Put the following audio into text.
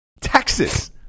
Texas